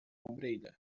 brilha